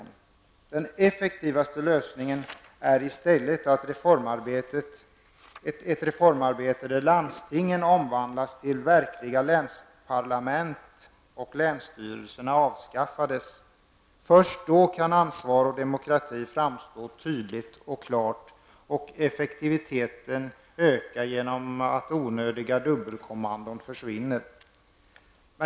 Den mest effektiva lösningen är i stället ett reformarbete som innebär att landstingen omvandlas till verkliga länsparlament och att länsstyrelserna avskaffas. Först då kan ansvar och demokrati framstå tydligt och klart. Och effektiviteten ökar genom att onödiga dubbelkommandon försvinner.